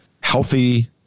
healthy